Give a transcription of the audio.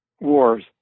Wars